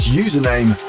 username